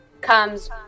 comes